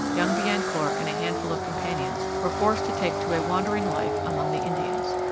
young biencourt and a handful of companions, were forced to take to a wandering life among the indians.